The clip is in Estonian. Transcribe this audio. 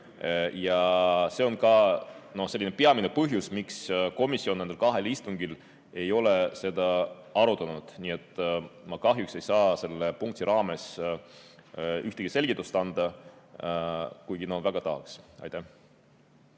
See on ka peamine põhjus, miks komisjon ei ole nendel kahel istungil seda arutanud. Nii et ma kahjuks ei saa selle punkti raames ühtegi selgitust anda, kuigi väga tahaks. Aitäh!